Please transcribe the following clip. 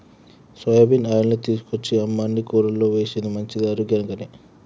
soybean ఆయిల్ని తీసుకొచ్చి అమ్మ అన్ని కూరల్లో వేశింది మంచిది ఆరోగ్యానికి అని